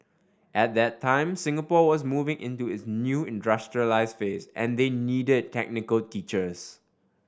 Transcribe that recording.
at that time Singapore was moving into its new industrialised phase and they needed technical teachers